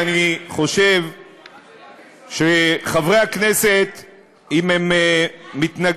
החוק הזה פוצל ואין עליו הסתייגויות,